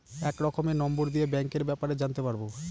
এক রকমের নম্বর দিয়ে ব্যাঙ্কের ব্যাপারে জানতে পারবো